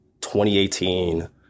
2018